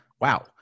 Wow